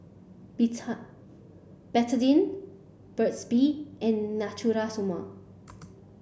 Betadine Burt's bee and Natura Stoma